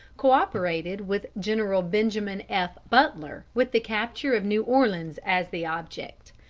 co-operated with general benjamin f. butler, with the capture of new orleans as the object.